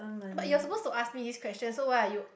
but you're supposed to ask me these questions so why are you